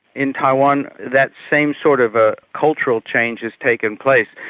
in taiwan that same sort of a cultural change has taken place,